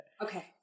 Okay